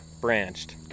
branched